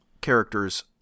characters